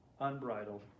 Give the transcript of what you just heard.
unbridled